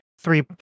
three